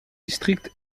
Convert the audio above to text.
district